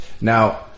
Now